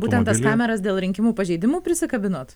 būtent tas kameras dėl rinkimų pažeidimų prisikabinot